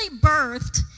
birthed